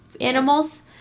animals